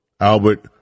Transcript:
Albert